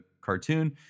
cartoon